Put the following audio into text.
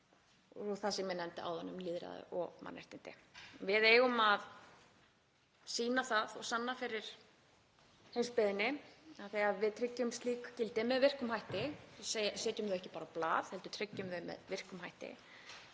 og það sem ég nefndi áðan, lýðræði og mannréttindi. Við eigum að sýna það og sanna fyrir heimsbyggðinni að við tryggjum slík gildi með virkum hætti, setjum þau ekki bara á blað heldur tryggjum þau með virkum hætti.